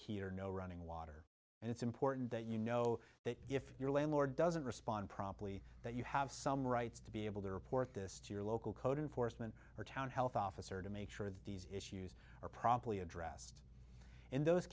heater no running water and it's important that you know that if your landlord doesn't respond promptly that you have some rights to be able to report this to your local code enforcement or town health officer to make sure that these issues are properly addressed in those